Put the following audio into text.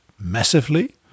massively